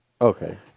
Okay